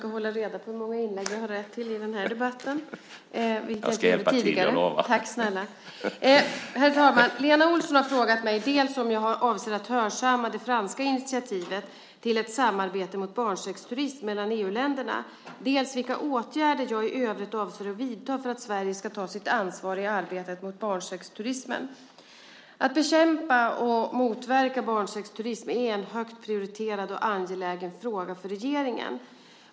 Herr talman! Lena Olsson har frågat mig dels om jag avser att hörsamma det franska initiativet till ett samarbete mot barnsexturism mellan EU-länderna, dels vilka åtgärder jag i övrigt avser att vidta för att Sverige ska ta sitt ansvar i arbetet mot barnsexturismen. Att bekämpa och motverka barnsexturism är en högt prioriterad och angelägen fråga för regeringen.